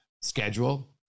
schedule